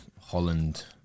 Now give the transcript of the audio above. Holland